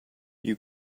you